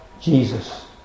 Jesus